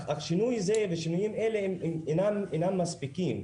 השינוי הזה והשינויים האלה הם אינם מספיקים,